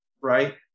right